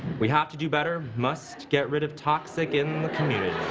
we have to do better. must get rid of toxic in the community.